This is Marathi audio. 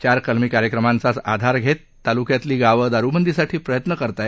चार कलमी कार्यक्रमांचाच आधार घेत तालुक्यातली गावं दारूबंदीसाठी प्रयत्न करत आहेत